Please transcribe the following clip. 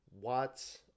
Watts